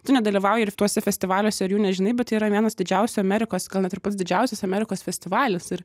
tu nedalyvauji ir tuose festivaliuose ir jų nežinai bet tai yra vienas didžiausių amerikos gal net ir pats didžiausias amerikos festivalis ir